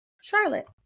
charlotte